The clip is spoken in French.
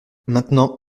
maintenant